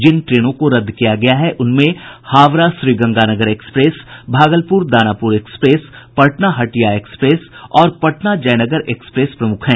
जिन ट्रेनों को रद्द किया गया है उनमें Howrah Shri Ganganagar express Bhagalpur Danapur express Patna Hatia express और पटना जयनगर एक्सप्रेस प्रमुख है